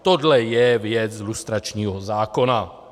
Tohle je věc lustračního zákona.